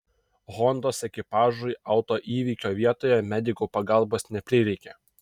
hondos ekipažui autoįvykio vietoje medikų pagalbos neprireikė